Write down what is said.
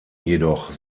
jedoch